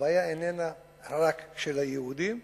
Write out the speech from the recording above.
שהבעיה איננה רק של היהודים,